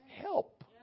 help